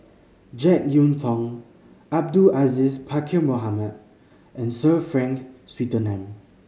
Jek Yeun Thong Abdul Aziz Pakkeer Mohamed and Sir Frank Swettenham